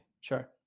Sure